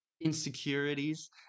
insecurities